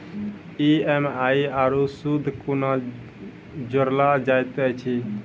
EMI आरू सूद कूना जोड़लऽ जायत ऐछि?